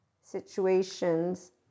situations